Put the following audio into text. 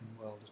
world